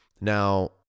Now